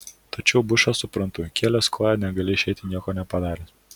tačiau bušą suprantu įkėlęs koją negali išeiti nieko nepadaręs